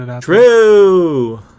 True